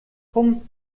punkt